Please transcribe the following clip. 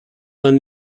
than